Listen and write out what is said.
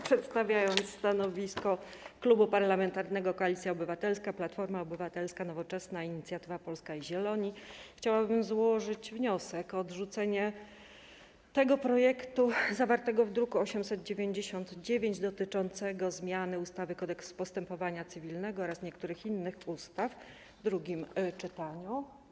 Przedstawiając stanowisko Klubu Parlamentarnego Koalicja Obywatelska - Platforma Obywatelska, Nowoczesna, Inicjatywa Polska i Zieloni, chciałabym złożyć wniosek o odrzucenie zawartego w druku nr 899 projektu ustawy dotyczącego zmiany ustawy - Kodeks postępowania cywilnego oraz niektórych innych ustaw w drugim czytaniu.